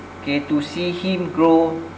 okay to see him grow